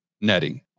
netting